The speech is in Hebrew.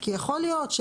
כי יכול להיות,